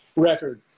record